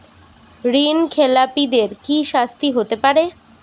ঋণ খেলাপিদের কি শাস্তি হতে পারে?